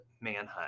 manhunt